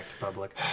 public